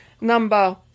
number